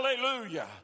Hallelujah